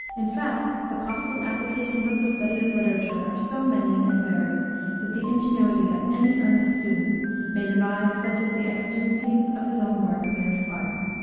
in fact, the possible applications of the study of literature are so many and varied that the ingenuity of any earnest student may devise such as the exigencies of his own work may require.